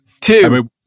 Two